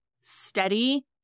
steady